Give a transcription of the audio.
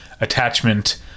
attachment